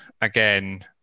again